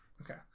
Okay